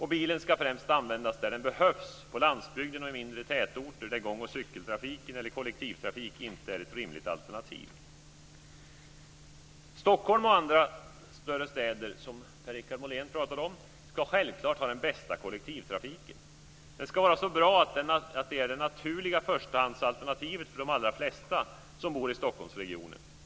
Och bilen ska främst användas där den behövs, på landsbygden och i mindre tätorter där gång och cykeltrafik eller kollektivtrafik inte är ett rimligt alternativ. Stockholm och andra större städer, som Per Richard Molén talade om, ska självklart ha den bästa kollektivtrafiken. Den ska vara så bra att den är det naturliga förstahandsalternativet för de allra flesta som bor i Stockholmsregionen.